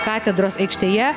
katedros aikštėje